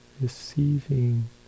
receiving